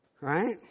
Right